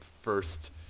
first